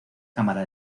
cámara